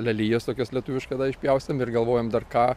lelijas tokias lietuviškas da išpjaustėm ir galvojom dar ką